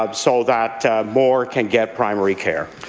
um so that more can get primary care.